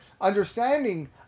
understanding